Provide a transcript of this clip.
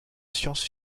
science